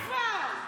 די כבר, די כבר.